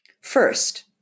First